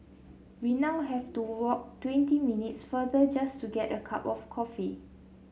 we now have to walk twenty minutes farther just to get a cup of coffee